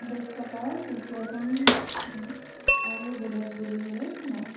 দক্ষতাৰ বিজ্ঞাপন আৰু বেলেগ বুলিবলৈ নাই